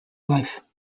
life